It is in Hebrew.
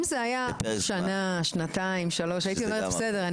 אם זה היה שנה-שנתיים-שלוש הייתי אומרת: בסדר,